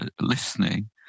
listening